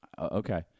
okay